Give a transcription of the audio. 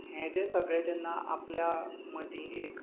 हें जें सगळें जेन्ना आपल्या मदीं एक